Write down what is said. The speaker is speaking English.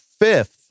fifth